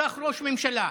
רצח ראש ממשלה,